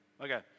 okay